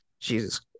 Jesus